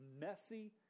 messy